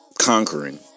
conquering